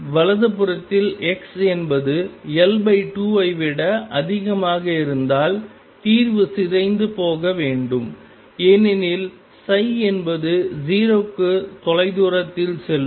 வலது புறத்தில்x என்பது L2 ஐ விட அதிகமாக இருந்தால் தீர்வு சிதைந்து போக வேண்டும் ஏனெனில் என்பது 0 க்கு தொலைதூரத்தில் செல்லும்